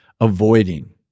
avoiding